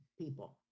people